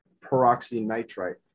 peroxynitrite